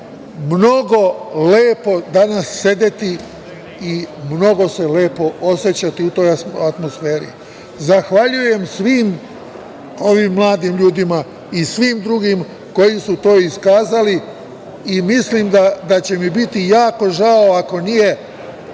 mnogo lepo danas sediti i mnogo se lepo osećam u toj atmosferi. Zahvaljujem svim ovim mladim ljudima i svima drugima koji su to iskazali. Mislim da će mi biti jako žao, ako nije